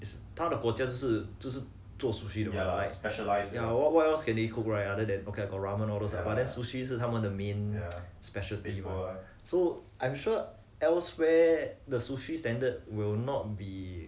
他们的国家就是就是做 sushi 的吗 like ya what else can cook right rather than okay got ramen all those lah but then sushi 是他们的 main special thing so I'm sure elsewhere the sushi standard will not be